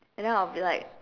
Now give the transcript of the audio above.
and then I will be like